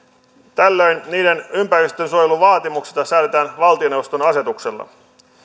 tällöin niiden ympäristönsuojeluvaatimuksista säädetään valtioneuvoston asetuksella